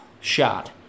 shot